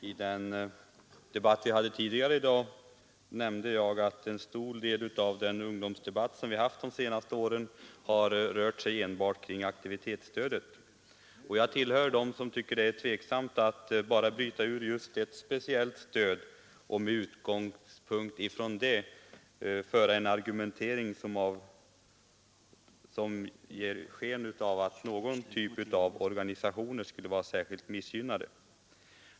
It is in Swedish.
Fru talman! I den diskussion vi hade tidigare i dag nämnde jag att en stor del av den ungdomsdebatt vi har haft de senaste åren har rört sig enbart kring aktivitetsstödet. Jag tillhör dem som tycker att det är tvivelaktigt att bara bryta ut ett speciellt stöd och med det som utgångspunkt föra en argumentering som ger sken av att någon typ av organisationer skulle vara särskilt missgynnad.